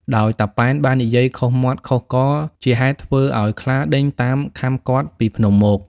ដោយតាប៉ែន បាននិយាយខុសមាត់ខុសករ ជាហេតុធ្វើឲ្យខ្លាដេញតាមខាំគាត់ពីភ្នំមក ។